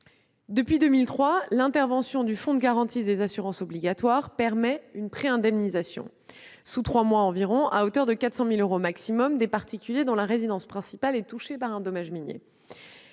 Depuis 2003, l'intervention du Fonds de garantie des assurances obligatoires de dommages, le FGAO, permet une préindemnisation, sous trois mois environ, à hauteur de 400 000 euros maximum, des particuliers dont la résidence principale est touchée par un dommage minier